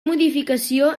modificació